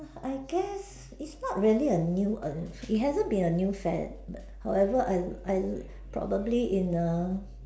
I guess it's not really a new err it hasn't really been a new fad however I I probably in a